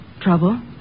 Trouble